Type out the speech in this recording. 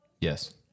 Yes